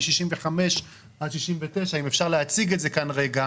מ-65 עד 69 אם אפשר להציג את זה לרגע